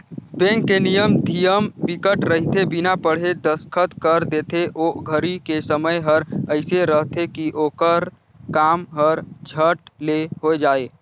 bank के नियम धियम बिकट रहिथे बिना पढ़े दस्खत कर देथे ओ घरी के समय हर एइसे रहथे की ओखर काम हर झट ले हो जाये